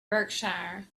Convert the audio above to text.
berkshire